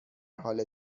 حال